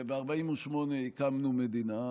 וב-48' הקמנו מדינה וב-67'